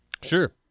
Sure